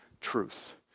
truth